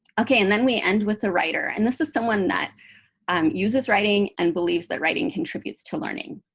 ok, and then we end with the writer. and this is someone that um uses writing and believes that writing contributes to learning.